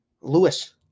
Lewis